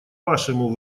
вашему